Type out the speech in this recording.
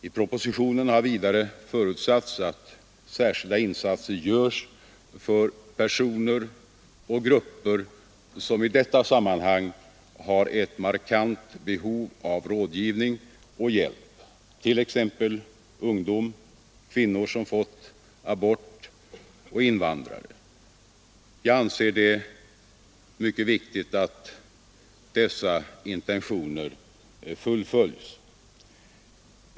I propositionen har vidare förutsatts att särskilda insatser görs för personer och grupper som i detta sammanhang har ett markant behov av rådgivning och hjälp, t.ex. ungdom, kvinnor som fått abort och invandrare. Jag anser det mycket viktigt att dessa intentioner fullföljs.